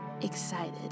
excited